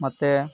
ಮತ್ತು